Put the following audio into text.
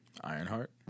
Ironheart